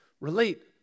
relate